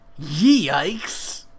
Yikes